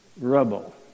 rubble